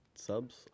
subs